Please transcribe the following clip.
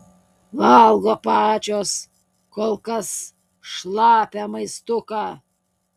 valgo pačios kol kas šlapią maistuką